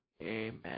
amen